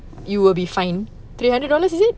you will be fined three hundred dollars is it